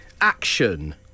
Action